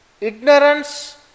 ignorance